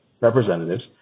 representatives